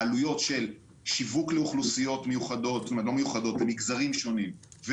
העלויות של שיווק לאוכלוסיות ממגזרים שונים,